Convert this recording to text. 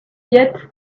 yet